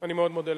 אני מאוד מודה לך.